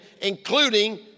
including